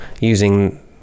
using